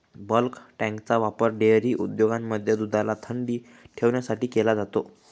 bulk टँकचा वापर dairy उद्योगांमध्ये दुधाला थंडी ठेवण्यासाठी केला जातो